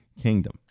Kingdom